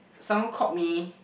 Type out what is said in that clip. someone called me